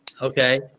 Okay